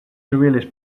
surrealist